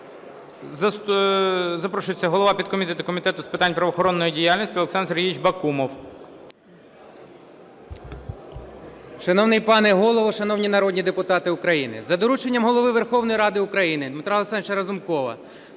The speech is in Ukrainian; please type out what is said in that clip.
запрошується голова підкомітету Комітету з питань правоохоронної діяльності Олександр Сергійович Бакумов. 12:01:08 БАКУМОВ О.С. Шановний пане Голово, шановні народні депутати України, за дорученням Голови Верховної Ради України Дмитра Олександровича Разумкова